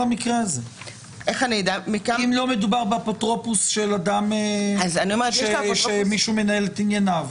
אם לא מדובר באפוטרופוס של אדם שמישהו מנהל את ענייניו,